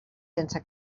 sense